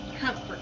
comfort